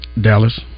Dallas